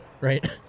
right